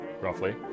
roughly